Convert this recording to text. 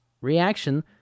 reaction